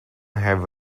have